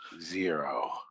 zero